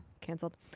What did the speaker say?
Canceled